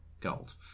gold